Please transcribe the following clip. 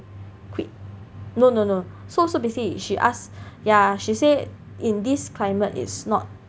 no no no so basically she ask ya she said in this climate it's not